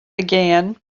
again